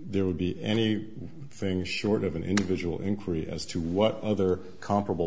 there would be any thing short of an individual inquiry as to what other comparable